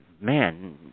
man